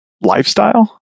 lifestyle